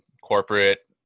corporate